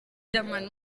riderman